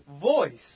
voice